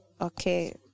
okay